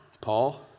Paul